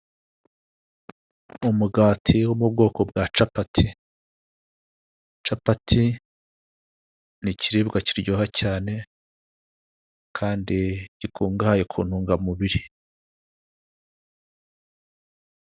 Umugati wo mu bwoko bwa capati, capati ni ikiribwa kiryoha cyane kandi gikungahaye ku ntungamubiri.